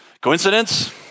Coincidence